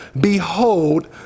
Behold